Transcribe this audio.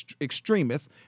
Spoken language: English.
extremists